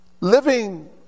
Living